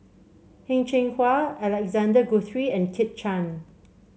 Heng Cheng Hwa Alexander Guthrie and Kit Chan